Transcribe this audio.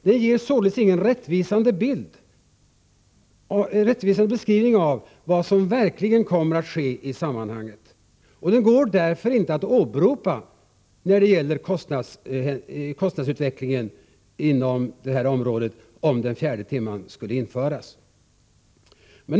Det ger således ingen rättvisande beskrivning av vad som verkligen kommer att ske i sammanhanget. Det går inte att åberopa den när man diskuterar hur kostnadsutvecklingen på detta område skulle bli om den fjärde timmen infördes.